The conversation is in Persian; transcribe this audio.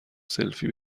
سلفی